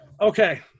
Okay